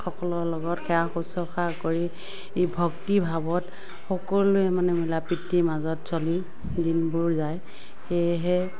সকলৰ লগত সেৱা শুশ্ৰূষা কৰি ভক্তি ভাৱত সকলোৱে মানে মিলাপ্ৰীতিৰ মাজত চলি দিনবোৰ যায় সেয়েহে